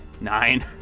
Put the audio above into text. Nine